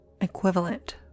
equivalent